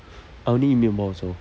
I only eat meatball also